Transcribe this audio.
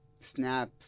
Snap